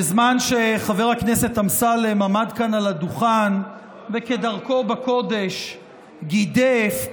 בזמן שחבר הכנסת אמסלם עמד כאן על הדוכן וכדרכו בקודש גידף,